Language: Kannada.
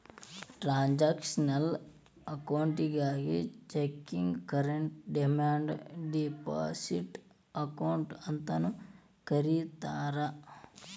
ಟ್ರಾನ್ಸಾಕ್ಷನಲ್ ಅಕೌಂಟಿಗಿ checking current demand deposit account ಅಂತಾನೂ ಕರಿತಾರಾ